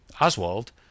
Oswald